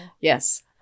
Yes